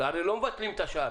והרי לא מבטלים את השאר,